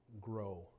grow